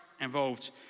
involved